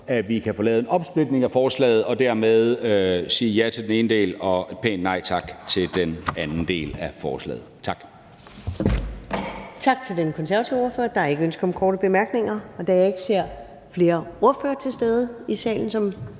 at vi får lavet en opsplitning af forslaget, og kan dermed sige ja til den ene del og pænt nej tak til den anden del af forslaget. Tak.